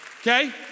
Okay